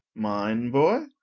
mine boy?